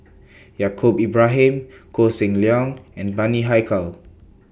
Yaacob Ibrahim Koh Seng Leong and Bani Haykal